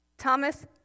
Thomas